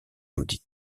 audit